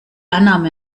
annahme